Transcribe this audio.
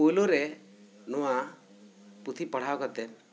ᱯᱩᱭᱞᱩ ᱨᱮ ᱱᱚᱣᱟ ᱯᱩᱛᱷᱤ ᱯᱟᱲᱦᱟᱣ ᱠᱟᱛᱮᱜ